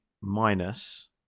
minus